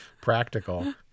practical